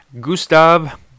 Gustav